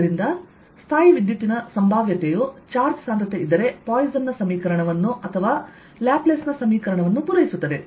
ಆದ್ದರಿಂದ ಸ್ಥಾಯೀವಿದ್ಯುತ್ತಿನ ಸಂಭಾವ್ಯತೆಯು ಚಾರ್ಜ್ ಸಾಂದ್ರತೆ ಇದ್ದರೆ ಪಾಯ್ಸನ್ ನ ಸಮೀಕರಣವನ್ನು ಅಥವಾ ಲ್ಯಾಪ್ಲೇಸ್ ನ ಸಮೀಕರಣವನ್ನು ಪೂರೈಸುತ್ತದೆ